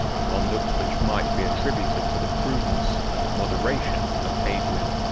a conduct which might be attributed to the prudence and moderation of hadrian.